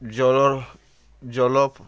ଜଲର୍ ଜଲ